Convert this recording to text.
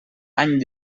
any